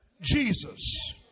Jesus